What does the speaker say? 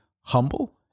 humble